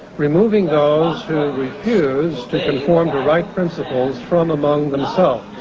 removing those who refuse to conform to right principles from among themselves.